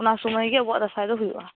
ᱚᱱᱟ ᱥᱚᱢᱚᱭ ᱜᱮ ᱟᱵᱚᱣᱟᱜ ᱫᱟᱥᱟᱸᱭ ᱫᱚ ᱦᱩᱭᱩᱜ ᱼᱟ